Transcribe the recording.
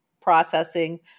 processing